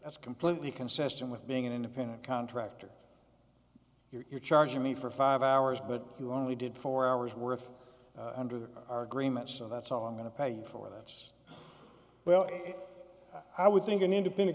that's completely consistent with being an independent contractor you're charging me for five hours but you only did four hours worth under our agreement so that's all i'm going to pay you for that's well i would think an independent